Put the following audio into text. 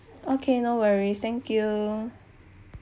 okay no worries thank you